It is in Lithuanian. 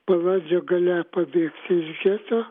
balandžio gale pabėgti iš geto